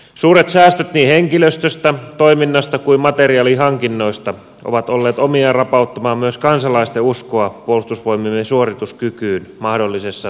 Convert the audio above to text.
suuret säästöt niin henkilöstöstä toiminnasta kuin materiaalihankinnoista ovat olleet omiaan rapauttamaan myös kansalaisten uskoa puolustusvoimiemme suorituskykyyn mahdollisessa kriisitilanteessa